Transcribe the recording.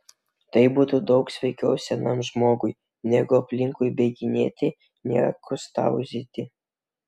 tai būtų daug sveikiau senam žmogui negu aplinkui bėginėti niekus tauzyti